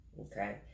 Okay